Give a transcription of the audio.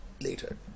later